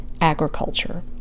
agriculture